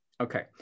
Okay